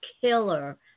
killer